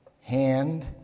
hand